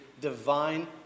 divine